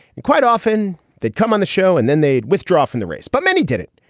and quite often that come on the show and then they withdraw from the race. but many did it.